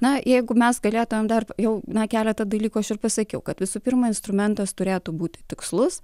na jeigu mes galėtumėm dar jau na keletą dalykų aš ir pasakiau kad visų pirma instrumentas turėtų būti tikslus